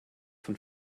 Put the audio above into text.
von